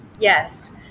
Yes